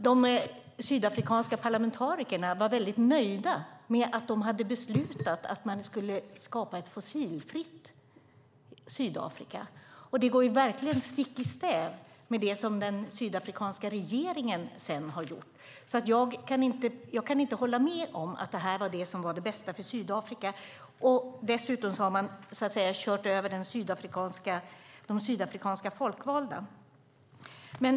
De sydafrikanska parlamentarikerna var väldigt nöjda med att de hade beslutat att skapa ett fossilfritt Sydafrika. Det går verkligen stick i stäv med det som den sydafrikanska regeringen sedan har gjort, så jag kan inte hålla med om att det här var det som var det bästa för Sydafrika. Dessutom har man kört över de sydafrikanska folkvalda.